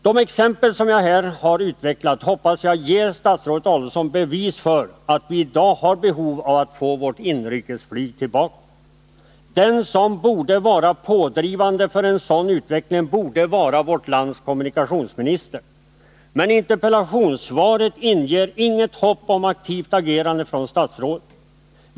De exempel som jag här har utvecklat hoppas jag ger statsrådet Adelsohn bevis för att vi i dag har behov av att få vårt inrikesflyg tillbaka. Den som borde vara pådrivande för en sådan utveckling är vårt lands kommunikationsminister, men interpellationssvaret ger inget hopp om aktivt agerande av statsrådet.